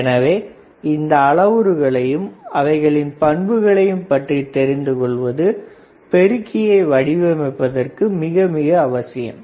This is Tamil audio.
எனவே இந்த அளவுறுகளையும் அவைகளின் பண்புகளையும் பற்றி தெரிந்து கொள்வது பெருக்கியை வடிவமைப்பதற்கு மிக அவசியம்